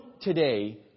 today